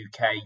UK